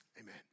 Amen